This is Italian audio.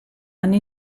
hanno